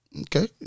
Okay